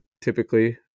typically